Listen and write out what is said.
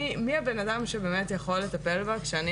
מי הבן-אדם שבאמת יכול לטפל בה כשאני